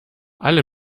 alle